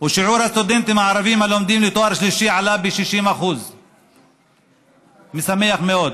ושיעור הסטודנטים הערבים הלומדים לתואר שלישי עלה ב־60% משמח מאוד.